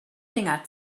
finger